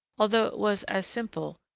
although it was as simple,